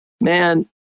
man